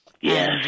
Yes